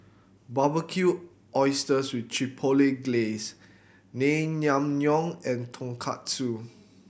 Barbecued Oysters with Chipotle Glaze Naengmyeon and Tonkatsu